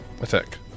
attack